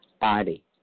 body